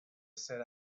sit